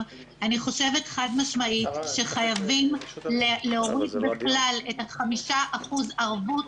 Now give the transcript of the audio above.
חושבת חד-משמעית שחייבים להוריד לחלוטין את 5% ערבות.